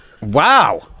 wow